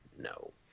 No